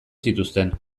zituzten